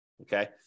Okay